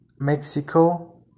mexico